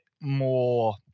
more